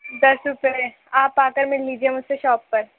دس روپے میں آپ آ کر مل لیجیے مجھ سے شاپ پر